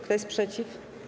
Kto jest przeciw?